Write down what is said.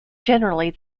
generally